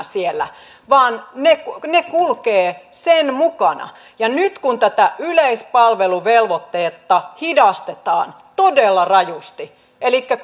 siellä vaan ne ne kulkevat sen mukana ja nyt kun tätä yleispalveluvelvoitetta hidastetaan todella rajusti elikkä